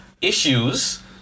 issues